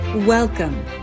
Welcome